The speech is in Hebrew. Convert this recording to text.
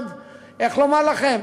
איך לומר לכם,